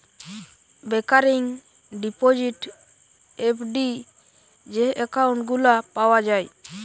recurring deposit, FD যে account গুলা পাওয়া যায়